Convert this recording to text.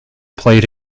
played